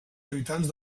habitants